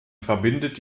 verbindet